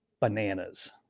bananas